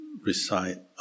recite